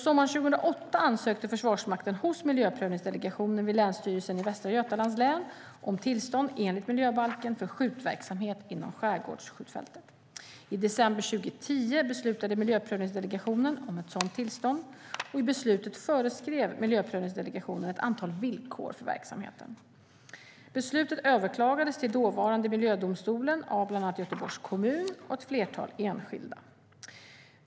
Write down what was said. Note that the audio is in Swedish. Sommaren 2008 ansökte Försvarsmakten hos Miljöprövningsdelegationen vid Länsstyrelsen i Västra Götalands län om tillstånd enligt miljöbalken för skjutverksamhet inom Skärgårdsskjutfältet. I december 2010 beslutade Miljöprövningsdelegationen om sådant tillstånd. I beslutet föreskrev Miljöprövningsdelegationen ett antal villkor för verksamheten. Beslutet överklagades till dåvarande miljödomstolen av bland annat Göteborgs kommun och ett flertal enskilda.